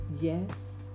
Yes